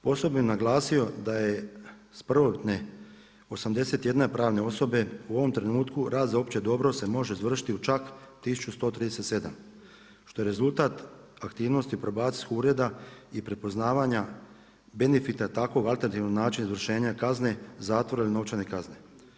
Posebno bih naglasio da je iz prvotne 81 pravne osobe u ovom trenutku rad za opće dobro se može izvršiti u čak 1137 što je rezultat aktivnosti Probacijskog ureda i prepoznavanja benefita takvog alternativnog načina izvršenja kazne zatvora ili novčane kazne.